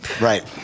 Right